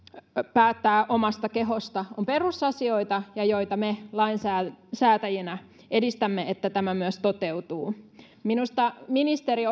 päättää omasta kehosta ovat perusasioita ja että me lainsäätäjinä lainsäätäjinä edistämme sitä että tämä myös toteutuu minusta ministeri